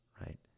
right